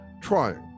trying